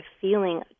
feeling